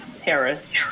Paris